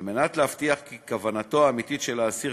על מנת להבטיח כי כוונתו האמיתית של האסיר